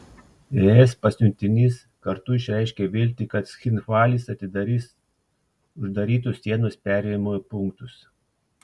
es pasiuntinys kartu išreiškė viltį kad cchinvalis atidarys uždarytus sienos perėjimo punktus